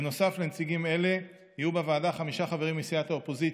נוסף לנציגים אלה יהיו בוועדה חמישה חברים מסיעות האופוזיציה.